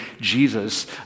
Jesus